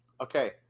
Okay